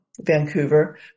Vancouver